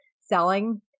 selling